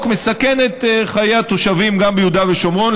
מסכן את חיי התושבים גם ביהודה ושומרון,